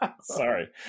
Sorry